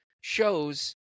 shows